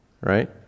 Right